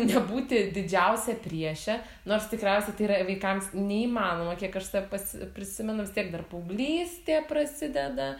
nebūti didžiausia prieše nors tikriausiai tai yra vaikams neįmanoma kiek aš save pas prisimenu vis tiek dar paauglystė prasideda